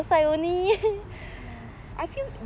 I feel